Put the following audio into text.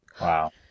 Wow